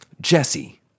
Jesse